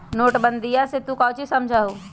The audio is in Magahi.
नोटबंदीया से तू काउची समझा हुँ?